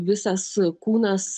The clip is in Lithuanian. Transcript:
visas kūnas